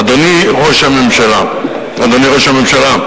אדוני ראש הממשלה.